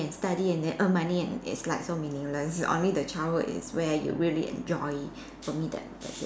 and study and then earn money and it's like so meaningless only the childhood is where you really enjoy for me that that's it